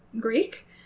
Greek